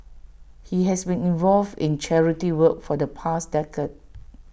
he has been involved in charity work for the past decade